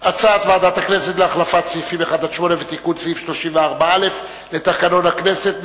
הצעת ועדת הכנסת להחלפת סעיפים 1 8 ולתיקון סעיף 34א לתקנון הכנסת.